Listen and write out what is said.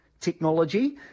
technology